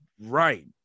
right